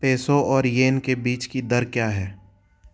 peso और yen के बीच की दर क्या है